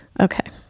Okay